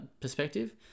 perspective